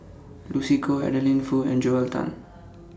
Lucy Koh Adeline Foo and Joel Tan